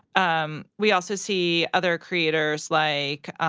um we also see other creators. like,